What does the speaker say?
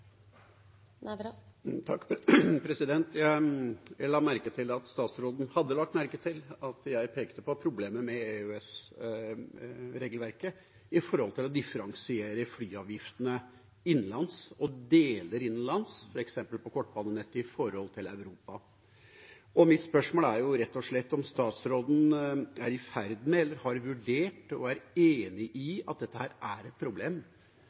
at statsråden hadde lagt merke til at jeg pekte på problemet med EØS-regelverket med hensyn til å differensiere flyavgiftene innenlands og deler innenlands, f.eks. på kortbanenettet, i forhold til Europa. Mitt spørsmål er rett og slett om statsråden har vurdert dette og er enig i at dette er et problem.